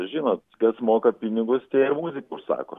žinot kas moka pinigus tie ir muziką užsako